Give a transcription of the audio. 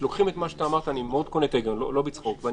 אני קונה את ההיגיון של מה שאמרת.